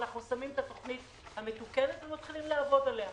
אנחנו שמים את התוכנית המתוקנת ומתחילים לעבוד עליה.